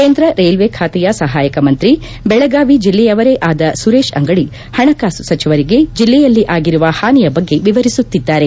ಕೇಂದ್ರ ರೈಲ್ವೆ ಖಾತೆಯ ಸಹಾಯಕ ಮಂತ್ರಿ ಬೆಳಗಾವಿ ಜಿಲ್ಲೆಯವರೇ ಆದ ಸುರೇಶ್ ಅಂಗಡಿ ಪಣಕಾಸು ಸಚಿವರಿಗೆ ಜಿಲ್ಲೆಯಲ್ಲಿ ಆಗಿರುವ ಹಾನಿಯ ಬಗ್ಗೆ ವಿವರಿಸುತ್ತಿದ್ದಾರೆ